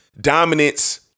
dominance